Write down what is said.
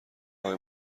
آقای